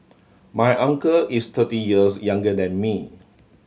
my uncle is thirty years younger than me